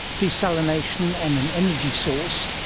desalination and an energy source.